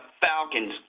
Falcons